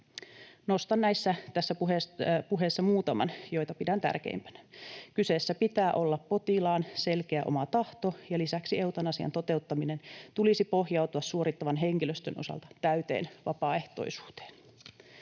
Nostan tässä puheessa muutaman asian, joita pidän tärkeimpinä. Kyseessä pitää olla potilaan selkeä oma tahto, ja lisäksi eutanasian toteuttamisen tulisi pohjautua suorittavan henkilöstön osalta täyteen vapaaehtoisuuteen.